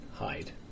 hide